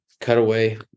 cutaway